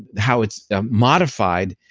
and how it's modified,